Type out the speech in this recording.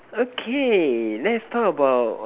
okay let's talk about